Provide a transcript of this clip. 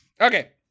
Okay